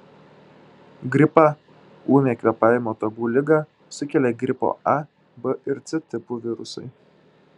gripą ūmią kvėpavimo takų ligą sukelia gripo a b ir c tipų virusai